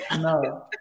No